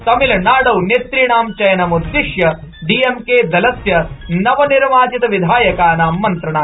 तमिलनाडौ नेतृणां चयनम्द्दिश्य डीएमकेदलस्य नवनिर्वाचित विधायकानां मन्द्रणा